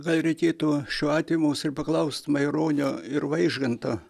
gal reikėtų šiuo atveju mūsų ir paklaust maironio ir vaižganto